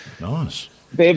Nice